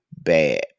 bad